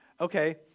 Okay